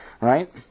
Right